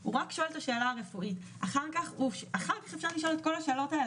אני חושבת שבאמת צריך לעשות קצת סדר.